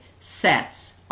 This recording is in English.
sets